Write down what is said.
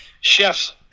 Chefs